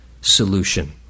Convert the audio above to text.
solution